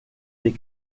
des